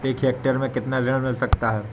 एक हेक्टेयर में कितना ऋण मिल सकता है?